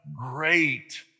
great